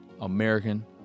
American